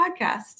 podcast